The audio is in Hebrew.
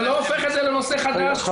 זה לא הופך את זה לנושא חדש מבחינת הכנסת.